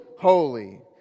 holy